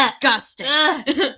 disgusting